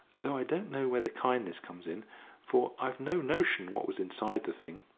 though i don't know where the kindness comes in for i've no notion what was inside the thing.